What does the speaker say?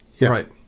Right